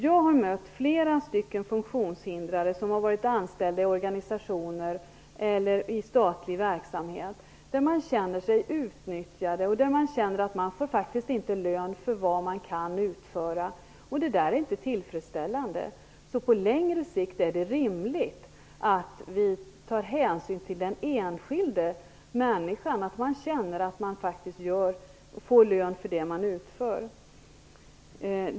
Jag har mött flera funktionshindrade, som har varit anställda i organisationer eller statlig verksamhet, vilka känner sig utnyttjade och att de faktiskt inte får lön för vad de kan utföra. Det är inte tillfredsställande. På längre sikt är det därför rimligt att ta hänsyn till den enskilda människan, så att man känner att man får lön för det man utför.